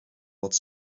wat